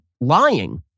lying